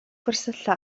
gwersylla